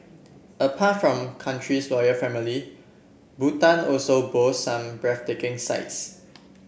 apart from country's royal family Bhutan also boasts some breathtaking sights